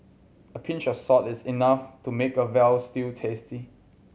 a pinch of salt is enough to make a veal stew tasty